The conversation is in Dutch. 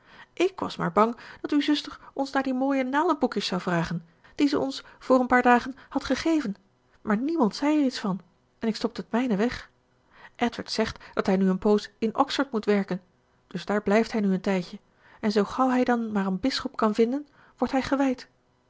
ik was maar bang dat uw zuster ons naar die mooie naaldenboekjes zou vragen die ze ons voor een paar dagen had gegeven maar niemand zei er iets van en ik stopte t mijne weg edward zegt dat hij nu een poos in oxford moet werken dus daar blijft hij nu een tijdje en zoo gauw hij dan maar een bisschop kan vinden wordt hij gewijd